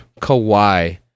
Kawhi